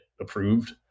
approved